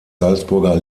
salzburger